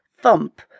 thump